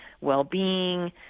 well-being